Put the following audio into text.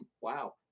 Wow